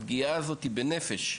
הפגיעה הזאת היא בנפש.